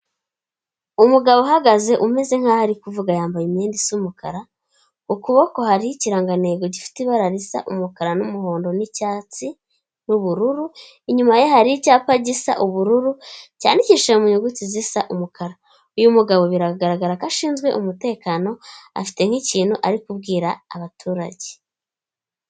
Umugabo uhagaze umeze nkaho ari kuvuga yambaye imyenda isa umukara, ukuboko hariho ikirangantego gifite ibara risa umukara n'umuhondo n'icyatsi n'ubururu, inyuma ye hari icyapa gisa ubururu cyandikishije mu nyuguti zisa umukara, uyu mugabo biragaragara ko ashinzwe umutekano afite nk'ikintu ari kubwira abaturage.